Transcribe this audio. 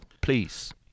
please